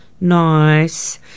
Nice